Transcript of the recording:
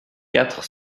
quatre